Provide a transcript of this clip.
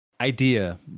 idea